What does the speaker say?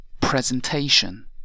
presentation